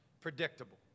predictable